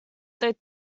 they